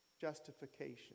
justification